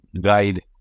guide